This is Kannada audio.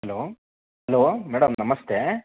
ಹಲೋ ಹಲೋ ಮೇಡಮ್ ನಮಸ್ತೆ